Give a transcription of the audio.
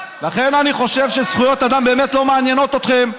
לכן אני חושב שזכויות אדם באמת לא מעניינות אתכם.